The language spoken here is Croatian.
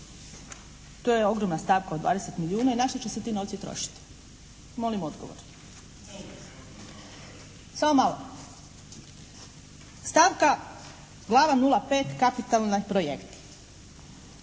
To je ogromna stavka od 20 milijuna i na što će se ti novci trošiti? Molim odgovor. …/Upadica se ne čuje./… Samo malo. Stavka glava 05 kapitalni projekti.